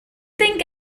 think